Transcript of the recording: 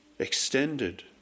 extended